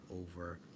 over